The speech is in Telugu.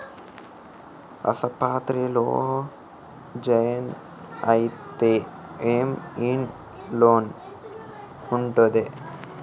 ఆస్పత్రి లో జాయిన్ అయితే ఏం ఐనా లోన్ ఉంటదా?